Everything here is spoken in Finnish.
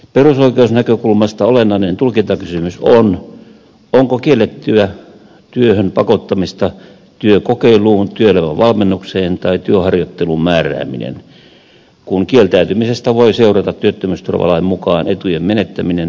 perusoikeusnäkökulmasta olennainen tulkintakysymys on onko kiellettyä työhön pakottamista työkokeiluun työelämävalmennukseen tai työharjoitteluun määrääminen kun kieltäytymisestä voi seurata työttömyysturvalain mukaan etujen menettäminen työttömyysturvalain nojalla